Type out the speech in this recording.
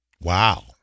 Wow